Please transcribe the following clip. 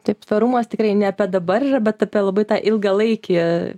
taip tvarumas tikrai ne dabar yra bet apie labai tą ilgalaikį